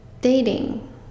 dating